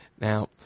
Now